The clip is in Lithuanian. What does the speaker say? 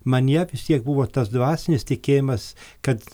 manyje vis tiek buvo tas dvasinis tikėjimas kad